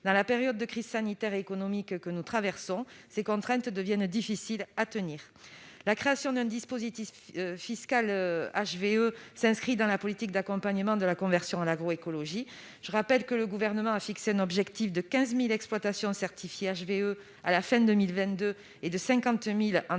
dans la période de crise sanitaire et économique que nous traversons, ces contraintes deviennent difficiles à tenir, la création d'un dispositif fiscal HVE s'inscrit dans la politique d'accompagnement de la conversion à l'agroécologie, je rappelle que le gouvernement a fixé un objectif de 15000 exploitations certifiées HVE à la fin 2000 22 et de 50000 en 2030,